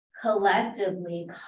collectively